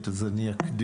המשרד,